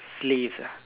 slaves ah